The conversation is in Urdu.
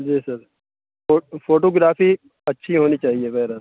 جی سر فوٹوگرافی اچھی ہونی چاہیے بہر حال